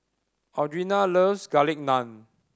Audrina loves Garlic Naan